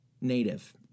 native